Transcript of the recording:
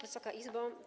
Wysoka Izbo!